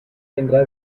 vendrá